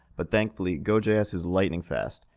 but thankfully, gojs is lightning-fast,